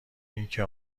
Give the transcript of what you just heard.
اینکه